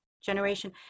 generation